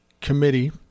committee